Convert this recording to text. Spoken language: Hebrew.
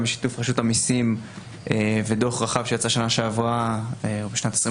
בשיתוף עם רשות המסים ודוח שיצא בשנה שעברה או בשנת 2020